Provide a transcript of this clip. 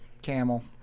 Camel